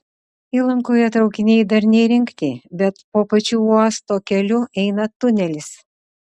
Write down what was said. įlankoje traukiniai dar neįrengti bet po pačiu uosto keliu eina tunelis